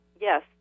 Yes